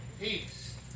Peace